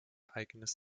eigenes